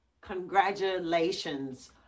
Congratulations